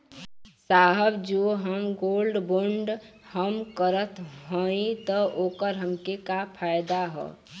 साहब जो हम गोल्ड बोंड हम करत हई त ओकर हमके का फायदा ह?